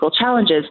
challenges